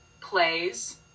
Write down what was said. plays